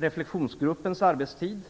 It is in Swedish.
reflexionsgruppens arbetstid.